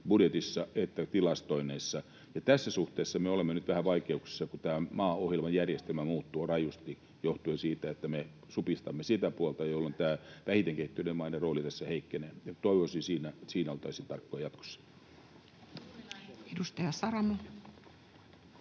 budjetissa että tilastoinneissa, ja tässä suhteessa me olemme nyt vähän vaikeuksissa, kun tämä maaohjelmajärjestelmä muuttuu rajusti johtuen siitä, että me supistamme sitä puolta, jolloin tämä vähiten kehittyneiden maiden rooli tässä heikkenee, ja toivoisin, että siinä oltaisiin tarkkoja jatkossa. [Speech